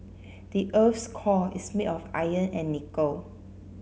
the earth's core is made of iron and nickel